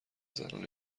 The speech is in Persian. زنان